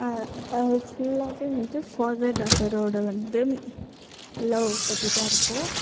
அது ஃபுல்லாகவே வந்து ஃபாதர் டாட்டரோட வந்து லவ் பற்றி தான் இருக்கும்